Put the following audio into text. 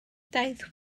daeth